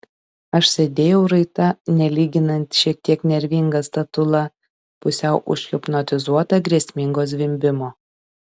aš sėdėjau raita nelyginant šiek tiek nervinga statula pusiau užhipnotizuota grėsmingo zvimbimo